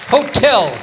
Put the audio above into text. Hotel